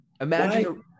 Imagine